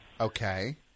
Okay